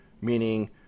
Meaning